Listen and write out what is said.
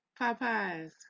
Popeyes